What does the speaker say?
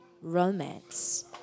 romance